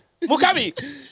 Mukami